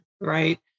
Right